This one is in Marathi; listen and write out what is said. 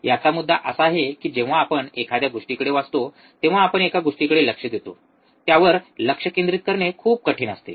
याचा मुद्दा असा आहे की जेव्हा आपण एखाद्या गोष्टीकडे वाचतो तेव्हा आपण एका गोष्टीकडे लक्ष देतो त्यावर लक्ष केंद्रित करणे खूप कठीण असते